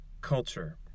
culture